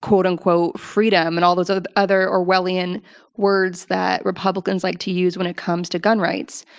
quote-unquote freedom, and all those other other orwellian words that republicans like to use when it comes to gun rights.